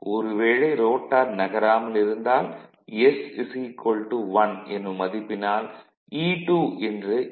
ஒரு வேளை ரோட்டார் நகராமல் இருந்தால் s1 எனும் மதிப்பினால் E2 என்று ஈ